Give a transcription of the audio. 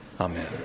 Amen